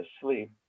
sleep